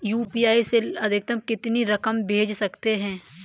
UPI से अधिकतम कितनी रकम भेज सकते हैं?